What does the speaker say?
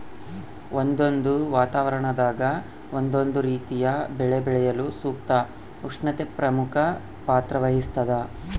ಒಂದೊಂದು ವಾತಾವರಣದಾಗ ಒಂದೊಂದು ರೀತಿಯ ಬೆಳೆ ಬೆಳೆಯಲು ಸೂಕ್ತ ಉಷ್ಣತೆ ಪ್ರಮುಖ ಪಾತ್ರ ವಹಿಸ್ತಾದ